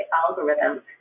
algorithms